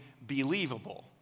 believable